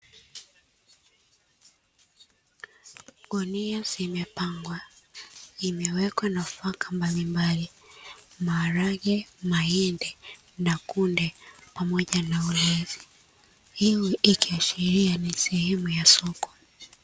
Gunia zimepangwa. Imewekwa nataka mbalimbali maharage, mahindi na kunde pamoja na osheri. Hiyo ikiashiria ni sehemu ya soko.